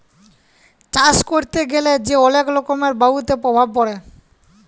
চাষ ক্যরতে গ্যালা যে অলেক রকমের বায়ুতে প্রভাব পরে